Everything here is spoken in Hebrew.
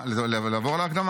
נעבור לספר